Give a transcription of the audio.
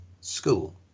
school